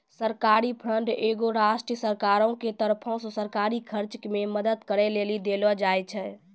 सरकारी बांड एगो राष्ट्रीय सरकारो के तरफो से सरकारी खर्च मे मदद करै लेली देलो जाय छै